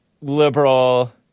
liberal